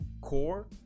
core